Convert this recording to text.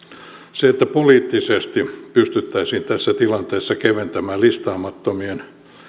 se että poliittisesti pystyttäisiin tässä tilanteessa keventämään listaamattomien